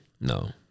No